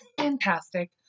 fantastic